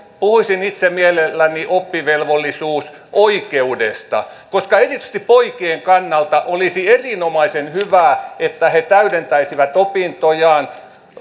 puhuisin itse mielelläni oppivelvollisuusoikeudesta koska erityisesti poikien kannalta olisi erinomaisen hyvä että he täydentäisivät opintojaan